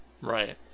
Right